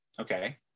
Okay